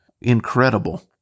incredible